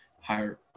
higher